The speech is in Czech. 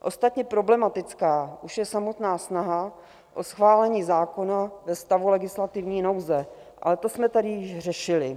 Ostatně problematická už je samotná snaha o schválení zákona ve stavu legislativní nouze, ale to jsme tady již řešili.